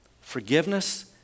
Forgiveness